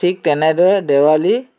ঠিক তেনেদৰে দেৱালী